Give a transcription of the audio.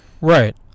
Right